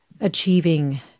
achieving